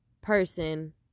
person